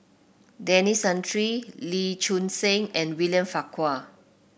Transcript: Denis Santry Lee Choon Seng and William Farquhar